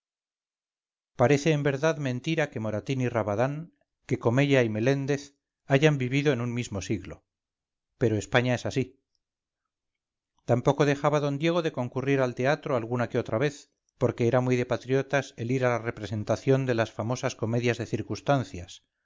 parece en verdad mentira que moratín y rabadán que comella y meléndez hayan vivido en un mismo siglo pero españa es así tampoco dejaba d diego de concurrir al teatro alguna que otra vez porque era muy de patriotas el ir a la representación de las famosas comedias de circunstancias